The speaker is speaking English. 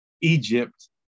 Egypt